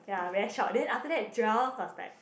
ya very shocked then after that Joel was like